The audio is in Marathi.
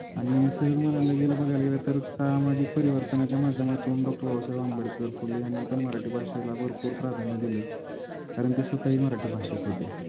आणि सहज म्हणायला गेलं बघायला गेलं तर सामाजिक परिवर्तनाच्या माध्यमातून डॉक्टर बाबासाहेब आंबेडकर फुले यांनी पण मराठी भाषेला भरपूर प्राधान्य दिलं कारण ते स्वतःही मराठी भाषिक होते